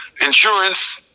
insurance